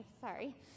sorry